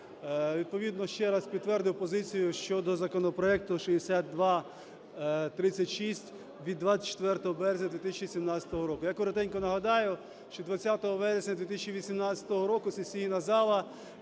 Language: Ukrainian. відповідно ще раз підтвердив позицію щодо законопроекту 6236 від 24 березня 2017 року. Я коротенько нагадаю, що 20 вересня 2018 року сесійна зала